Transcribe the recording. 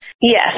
Yes